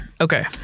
Okay